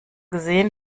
gesehen